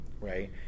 right